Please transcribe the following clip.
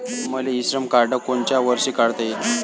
मले e Shram card कोनच्या वर्षी काढता येईन?